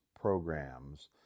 programs